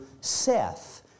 Seth